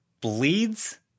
Bleeds